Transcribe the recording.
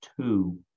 two